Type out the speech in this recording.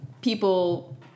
people